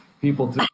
people